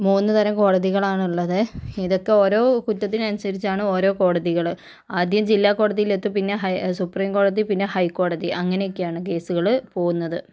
മൂന്ന് തരം കോടതികളാണുള്ളത് ഇതൊക്കെ ഓരോ കുറ്റത്തിനനുസരിച്ചാണ് ഓരോ കോടതികള് ആദ്യം ജില്ലാ കോടതിയിലെത്തും പിന്ന സുപ്രീം കോടതി പിന്ന ഹൈ കോടതി അങ്ങനെയൊക്കെയാണ് കേസുകള് പോകുന്നത്